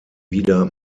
wieder